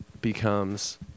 becomes